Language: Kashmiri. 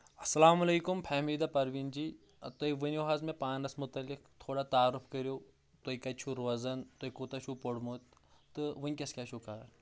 اسلام علیکُم فہمیٖد پرویٖن جی تُہۍ ؤنِو حظ مےٚ پانس مُتعلِق تھوڑا تعارُف کٔرو تُہۍ کَتہِ چھُو روزان تُہۍ کوٗتاہ چھُو پوٚرمُت تہٕ وٕنکیٚس کیٛاہ چھُو کران